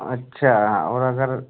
अच्छा और अगर